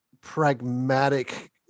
pragmatic